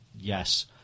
yes